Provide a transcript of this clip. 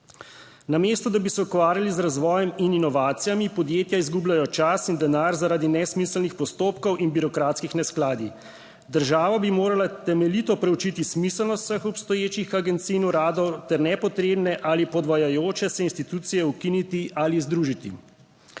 Namesto da bi se ukvarjali z razvojem in inovacijami, podjetja izgubljajo čas in denar zaradi nesmiselnih postopkov in birokratskih neskladij. Država bi morala temeljito preučiti smiselnost vseh obstoječih agencij in uradov ter nepotrebne ali podvajajoče se institucije ukiniti ali združiti.